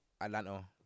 atlanta